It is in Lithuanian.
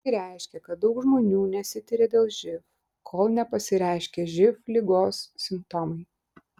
tai reiškia kad daug žmonių nesitiria dėl živ kol nepasireiškia živ ligos simptomai